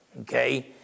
Okay